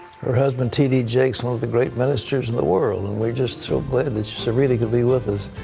her husband, td jakes, one of the great ministers in the world. and we're just so glad that serita could be with us.